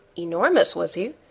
enormous, was he?